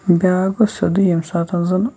بیاکھ گوٚو سیدُو ییٚمہِ ساتہٕ زَن